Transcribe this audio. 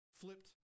flipped